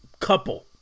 couple